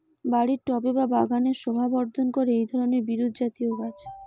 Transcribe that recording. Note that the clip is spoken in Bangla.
বাড়ির টবে বা বাগানের শোভাবর্ধন করে এই ধরণের বিরুৎজাতীয় গাছ